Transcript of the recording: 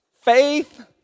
faith